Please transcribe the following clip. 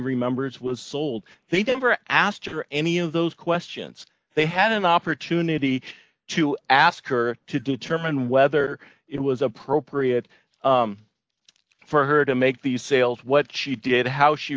remembers was sold to a denver asked her any of those questions they had an opportunity to ask her to determine whether it was appropriate for her to make these sales what she did how she